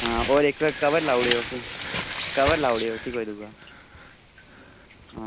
हां होर इक कवर लाई ओड़ेओ उसी कवर लाई ओड़ेओ उस्सी कोई दूआ हां